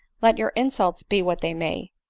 let your insults be what they may,